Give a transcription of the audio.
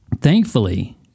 thankfully